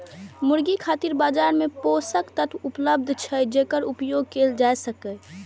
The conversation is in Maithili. मुर्गी खातिर बाजार मे पोषक तत्व उपलब्ध छै, जेकर उपयोग कैल जा सकैए